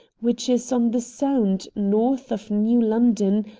which is on the sound, north of new london,